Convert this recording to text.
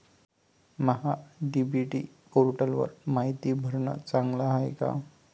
महा DBT पोर्टलवर मायती भरनं चांगलं हाये का?